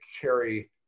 carry